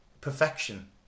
perfection